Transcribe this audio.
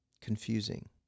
confusing